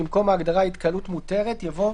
במקום ההגדרה "התקהלות מותרת יבוא: